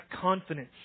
confidence